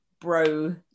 bro